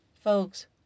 folks